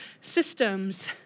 systems